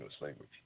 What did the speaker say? language